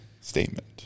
statement